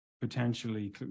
potentially